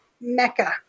mecca